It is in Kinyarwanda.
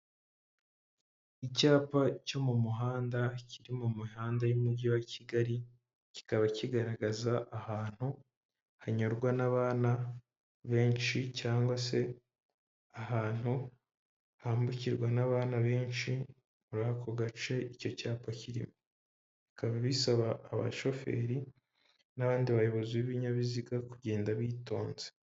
Icyapa cyo mu muhanda, kiri mu mihanda y'umujyi wa kigali, kikaba kigaragaza ahantu hanyurwa n'abana benshi, cyangwa se ahantu hambukirwa n'bana benshi, muri ako gace icyo cyapa kirimo. Bikaba bisaba abashoferi n'abandi bayobozi b'ibinyabiziga, kugenda bitonze.